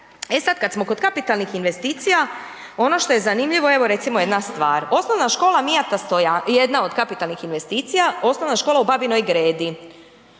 E sad, kad smo kod kapitalnih investicija, ono što je zanimljivo, evo recimo jedna stvar. Osnovna škola .../nerazumljivo/... jedna od kapitalnih investicija, osnovna škola u Babinoj Gredi.